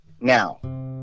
now